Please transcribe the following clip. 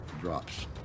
drops